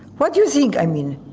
what do you think? i mean,